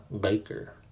Baker